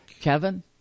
Kevin